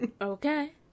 Okay